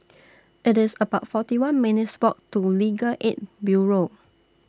IT IS about forty one minutes' Walk to Legal Aid Bureau